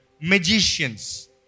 magicians